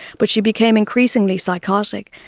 but she became increasingly psychotic.